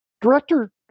Director